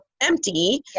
empty